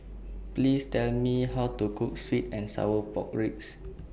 Please Tell Me How to Cook Sweet and Sour Pork Ribs